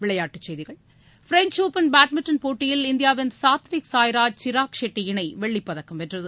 விளையாட்டுச் செய்திகள் French open badminton போட்டியில் இந்தியாவின் சாத்விக் சாய்ராஜ் ஷிராக் ஷெட்டி இணை வெள்ளிப்பதக்கம் வென்றது